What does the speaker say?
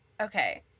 Okay